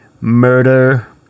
murder